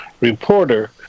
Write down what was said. reporter